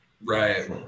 Right